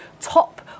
top